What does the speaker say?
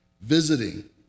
Visiting